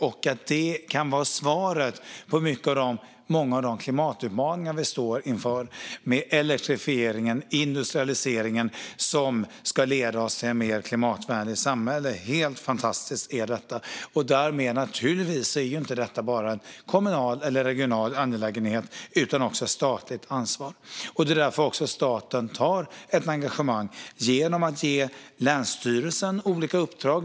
Detta kan också vara svaret på många av de klimatutmaningar vi står inför med elektrifieringen och industrialiseringen som ska leda oss till ett mer klimatvänligt samhälle. Det är helt fantastiskt! Därmed är detta naturligtvis inte heller bara en kommunal eller regional angelägenhet utan också ett statligt ansvar. Det är också därför staten tar ett engagemang genom att ge länsstyrelsen olika uppdrag.